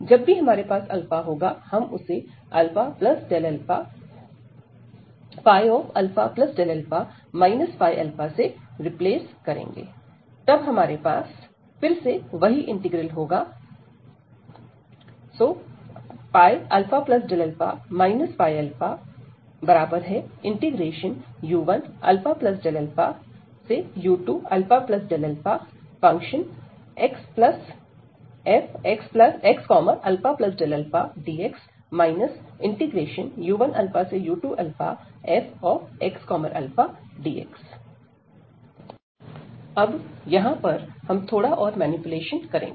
जब भी हमारे पास होगा हम उसे α से रिप्लेस करेंगे तब हमारे पास फिर से वही इंटीग्रल होगा u1u2fxαdx α u1αu2αfxαdx u1u2fxαdx अब यहां पर हम थोड़ा और मैनिपुलेशन करेंगे